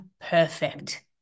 perfect